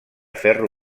ferro